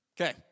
Okay